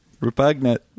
Repugnant